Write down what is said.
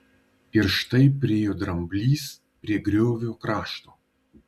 ir štai priėjo dramblys prie griovio krašto